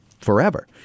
forever